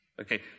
Okay